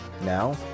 Now